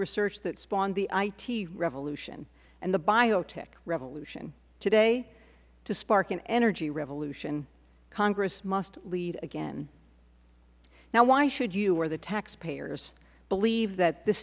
research that spawned the it revolution and the biotech revolution today to spark an energy revolution congress must lead again now why should you or the taxpayers believe that this